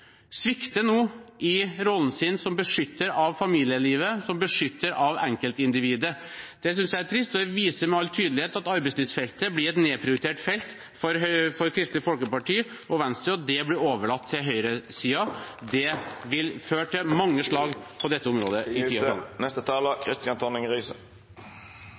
svikter nå i sin rolle som beskytter av familielivet, som beskytter av enkeltindividet. Det synes jeg er trist, og det viser med all tydelighet at arbeidslivsfeltet blir et nedprioritert felt for Kristelig Folkeparti og Venstre, og det blir overlatt til høyresiden. Det vil føre til mange slag på dette området i